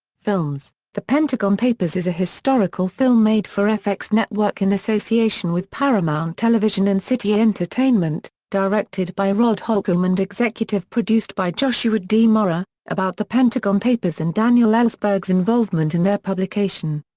films the pentagon papers is a historical film made for fx network in association with paramount television and city entertainment, directed by rod holcomb and executive produced by joshua d. maurer, about the pentagon papers and daniel ellsberg's involvement in their publication.